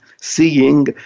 seeing